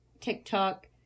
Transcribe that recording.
TikTok